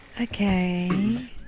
okay